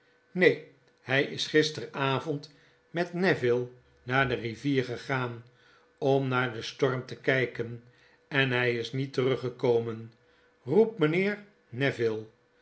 neen hij is gisteravond met neville naar de rivier gegaan om naar den storm te kflken en hij is niet teruggekomen roep mijnheer neville